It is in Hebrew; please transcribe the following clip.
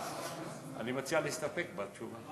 אני מציע להסתפק בתשובה.